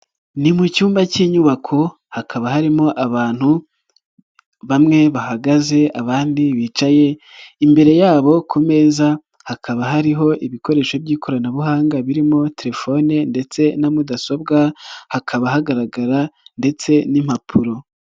Ni mu cyumba cy'inyubako, hakaba harimo abantu, bamwe bahagaze, abandi bicaye, imbere yabo ku meza hakaba hariho ibikoresho by'ikoranabuhanga, birimo telefone ndetse na mudasobwa, hakaba hagaragara ndetse n'impapuro.